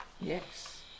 yes